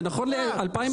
זה נכון ל-2022.